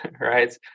right